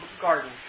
garden